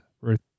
Ruth